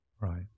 Right